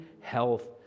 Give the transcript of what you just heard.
health